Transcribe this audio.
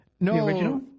No